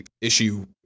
issue